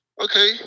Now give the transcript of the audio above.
Okay